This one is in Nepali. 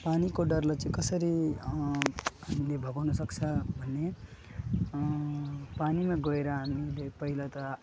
पानीको डरलाई चाहिँ कसरी हामीले भगाउनुसक्छौँ भने पानीमा गएर हामीले पहिला त